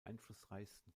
einflussreichsten